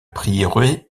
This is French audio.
prieuré